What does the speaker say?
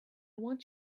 want